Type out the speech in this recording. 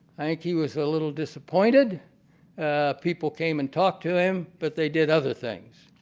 i think he was a little disappointed people came and talked to him, but they did other things,